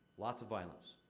lots of violence.